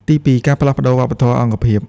ទីពីរ ការផ្លាស់ប្ដូរវប្បធម៌អង្គភាព។